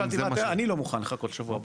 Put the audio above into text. אני לא מוכן לחכות לשבוע הבא.